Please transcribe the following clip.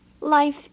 Life